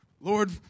Lord